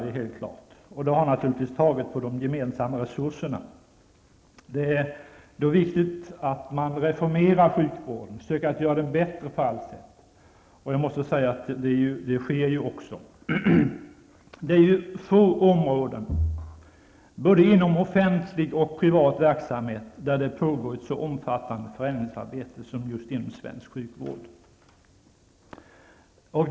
Det har naturligtvis tärt på de gemensamma resurserna. Det är viktigt att man reformerar sjukvården och försöker göra den bättre. Jag måste säga att det också sker. Det är på få områden, både inom offentlig och privat verksamhet, som det pågår ett så omfattande förändringsarbete som just inom svensk sjukvård.